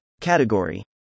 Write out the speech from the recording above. Category